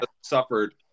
suffered